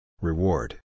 Reward